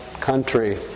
country